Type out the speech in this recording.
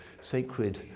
sacred